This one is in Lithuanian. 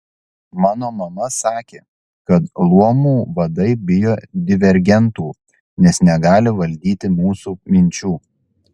mano mama sakė kad luomų vadai bijo divergentų nes negali valdyti mūsų minčių